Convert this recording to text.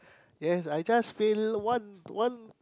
ya I just fail one one